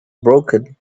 broken